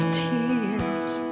tears